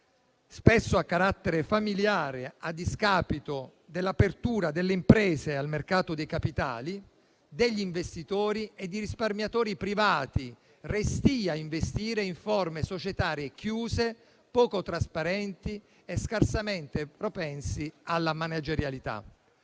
spesso a carattere familiare, a discapito dell'apertura delle imprese al mercato dei capitali, degli investitori e dei risparmiatori privati, restii a investire in forme societarie chiuse, poco trasparenti e scarsamente propense alla managerialità.